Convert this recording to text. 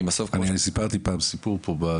סיפרתי פעם סיפור.